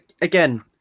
again